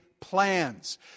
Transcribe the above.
plans